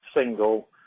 single